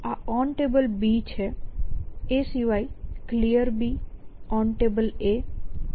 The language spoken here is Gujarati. આ OnTable છે એ સિવાય Clear OnTable OnCA તથા Clear છે